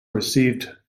received